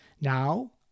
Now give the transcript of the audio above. Now